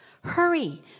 Hurry